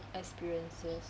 experiences